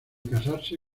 casarse